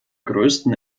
größten